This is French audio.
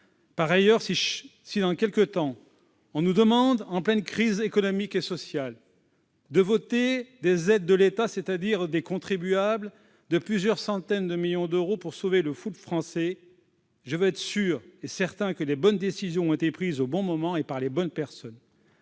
de loi. Si, dans quelque temps, en pleine crise économique et sociale, on nous demande de voter des aides de l'État- c'est-à-dire des contribuables -d'un montant de plusieurs centaines de millions d'euros pour sauver le foot français, je veux être sûr et certain que les bonnes décisions auront été prises au bon moment et par les bonnes personnes.